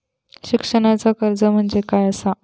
शिक्षणाचा कर्ज म्हणजे काय असा?